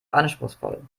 anspruchsvoll